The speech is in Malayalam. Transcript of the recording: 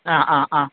ആ ആ ആ